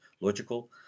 logical